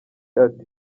ati